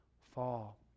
fall